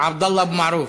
עבדאללה אבו מערוף.